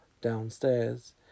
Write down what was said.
downstairs